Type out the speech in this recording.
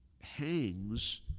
hangs